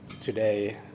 today